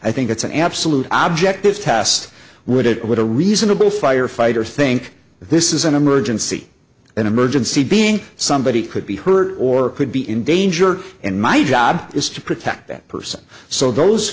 i think it's an absolute object this test would it would a reasonable firefighters think this is an emergency an emergency being somebody could be hurt or could be in danger and my job is to protect that person so those